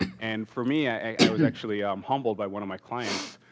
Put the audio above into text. and for me, i was actually um humbled by one of my clients.